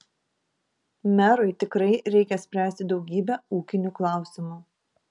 merui tikrai reikia spręsti daugybę ūkinių klausimų